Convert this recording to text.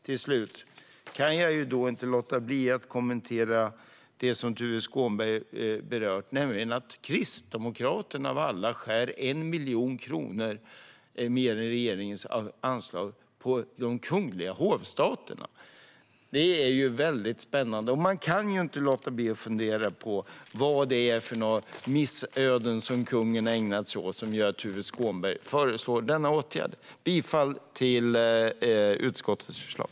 Slutligen kan jag inte låta bli att kommentera det som Tuve Skånberg har berört, nämligen att Kristdemokraterna av alla skär 1 miljon kronor mer än regeringen på den kungliga hov och slottsstaten. Det är mycket spännande. Man kan inte låta bli att fundera på vad det är för missöden från kungen som gör att Tuve Skånberg föreslår denna åtgärd. Jag yrkar bifall till utskottets förslag.